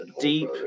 deep